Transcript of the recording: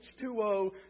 H2O